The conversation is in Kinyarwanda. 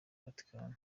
vaticani